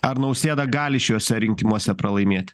ar nausėda gali šiuose rinkimuose pralaimėt